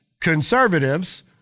conservatives